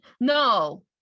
no